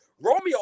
Romeo